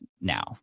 now